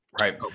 Right